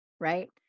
Right